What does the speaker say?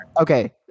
Okay